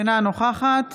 אינה נוכחת